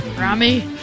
Rami